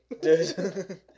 Dude